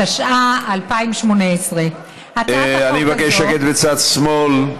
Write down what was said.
התשע"ח 2018. אני מבקש שקט בצד שמאל.